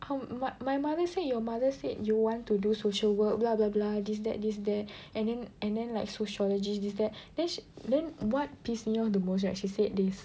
how my mother say your mother said you want to do social work bla bla bla this that this that and then and then like sociologist this that then then what piss me off the most right she said this